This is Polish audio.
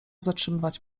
zatrzymywać